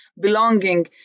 belonging